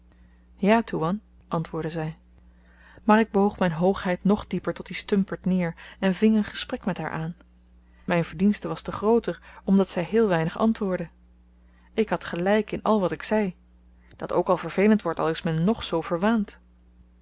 ja toewan antwoordde zy maar ik boog myn hoogheid nog dieper tot die stumpert neer en ving een gesprek met haar aan myn verdienste was te grooter omdat zy heel weinig antwoordde ik had gelyk in al wat ik zei dat ook al vervelend wordt al is men ng zoo verwaand